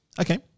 Okay